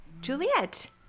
Juliet